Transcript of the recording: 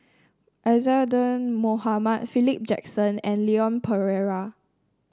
Isadhora Mohamed Philip Jackson and Leon Perera